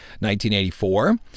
1984